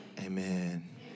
Amen